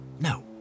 No